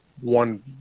one